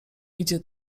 idzie